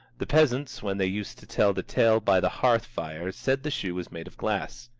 the peasants when they used to tell the tale by the hearth fire said the shoe was made of glass.